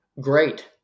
Great